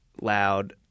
loud